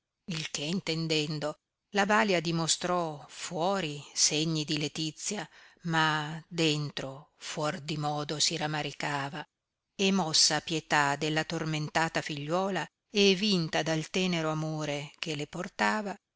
il che intendendo la balia dimostrò fuori segni di letizia ma dentro fuor di modo si ramaricava e mossa a pietà della tormentata figliuola e vinta dal tenero amore che le portava